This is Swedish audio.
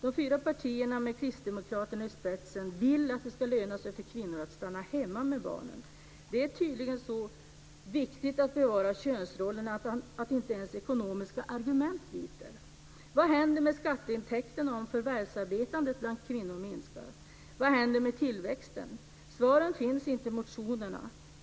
De fyra partierna, med kristdemokraterna i spetsen, vill att det ska löna sig för kvinnor att stanna hemma med barnen. Det är tydligen så viktigt att bevara könsrollerna att inte ens ekonomiska argument biter. Vad händer med skatteintäkterna om förvärvsarbetandet bland kvinnor minskar? Vad händer med tillväxten? Svaren finns inte i motionerna.